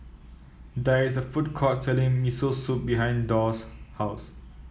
there is a food court selling Miso Soup behind Dorr's house